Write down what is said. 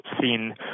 seen